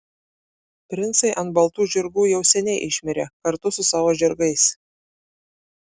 princai ant baltų žirgų jau seniai išmirė kartu su savo žirgais